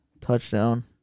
touchdown